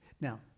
Now